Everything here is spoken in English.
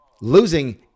losing